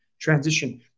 transition